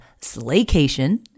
Slaycation